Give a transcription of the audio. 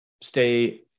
stay